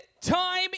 time